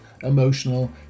emotional